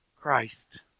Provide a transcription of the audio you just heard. Christ